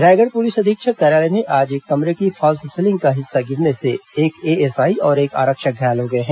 Raigarh police अधीक्षक कार्यालय में आज एक कमरे की फॉल्ससिलिंग का हिस्सा गिरने से एक एएसआई और एक आरक्षक घायल हो गए हैं